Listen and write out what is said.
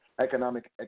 economic